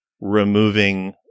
removing